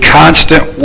constant